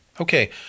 Okay